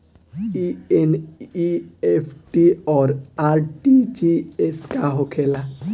ई एन.ई.एफ.टी और आर.टी.जी.एस का होखे ला?